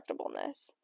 indestructibleness